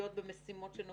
אבל אני אומר את ההתרשמות.